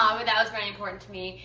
um that was very important to me.